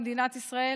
במדינת ישראל?